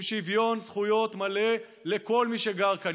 עם שוויון זכויות מלא לכל מי שגר כאן,